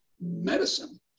medicine